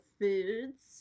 foods